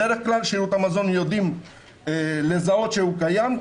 בדרך כלל שירות המזון יודעים לזהות שהוא קיים,